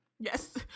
yes